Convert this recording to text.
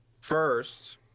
First